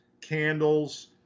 candles